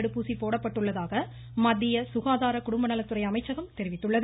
தடுப்பூசி போடப்பட்டுள்ளதாக மத்திய சுகாதார குடும்பநலத்துறை அமைச்சகம் தெரிவித்துள்ளது